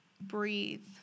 Breathe